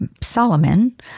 Solomon